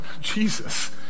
Jesus